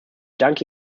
danke